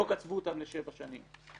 לא קצבו אותם לשבע שנים.